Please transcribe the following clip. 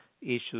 issues